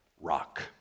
Rock